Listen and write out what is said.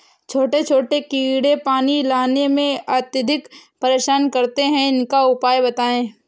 छोटे छोटे कीड़े पानी लगाने में अत्याधिक परेशान करते हैं इनका उपाय बताएं?